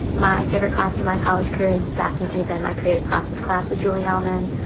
my favorite class in my college career has definitely been my creative process class with julie elman.